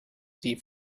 die